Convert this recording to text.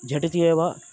झटिति एव